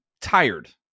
tired